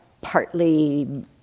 partly